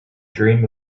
dream